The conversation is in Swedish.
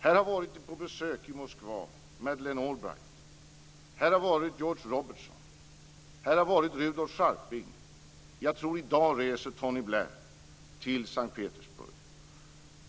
Här har varit på besök i Moskva Madeleine Albright, här har varit George Robertson, här har varit Rudolf Scharping, och jag tror att Tony Blair i dag reser till Sankt Petersburg.